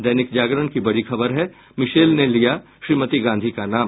दैनिक जागरण की बड़ी खबर है मिशेल ने लिया श्रीमती गांधी का नाम